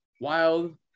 wild